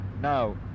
Now